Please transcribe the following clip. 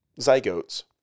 zygotes